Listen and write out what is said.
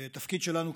התפקיד שלנו,